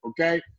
okay